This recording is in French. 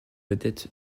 vedettes